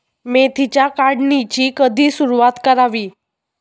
मेथीच्या काढणीची कधी सुरूवात करावी?